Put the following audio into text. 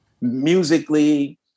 musically